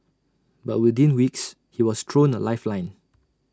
but within weeks he was thrown A lifeline